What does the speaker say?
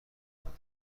بودند